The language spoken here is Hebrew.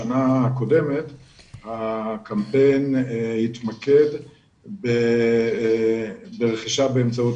בשנה הקודמת הקמפיין התמקד ברכישה באמצעות